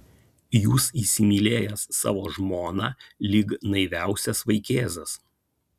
jūs įsimylėjęs savo žmoną lyg naiviausias vaikėzas